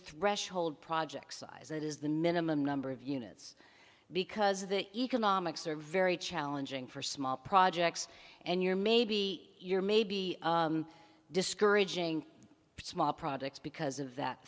threshold project size that is the minimum number of units because the economics are very challenging for small projects and you're maybe you're maybe discouraging for small projects because of that